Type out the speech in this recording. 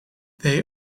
they